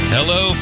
Hello